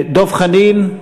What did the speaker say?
דב חנין,